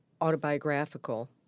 autobiographical